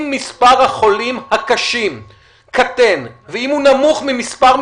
מספר החולים הקשים קטן ואם הוא נמוך ממספר מסוים,